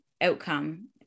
outcome